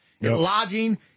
Lodging